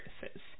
Services